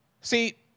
See